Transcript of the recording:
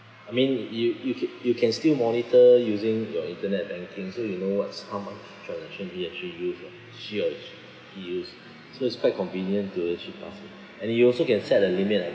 I mean you you ca~ you can still monitor using your internet banking so you know what's harm on the children actually use lah she or he use so it's quite convenient to achieve also and you also can set a limit I